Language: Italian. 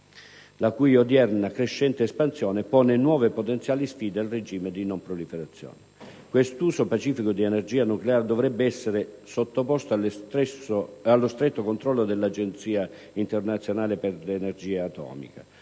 la cui odierna crescente espansione pone nuove potenziali sfide al regime di non proliferazione. Questo uso pacifico dell'energia nucleare dovrebbe essere sottoposto allo stretto controllo dell'Agenzia internazionale per l'energia atomica.